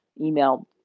email